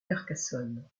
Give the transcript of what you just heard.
carcassonne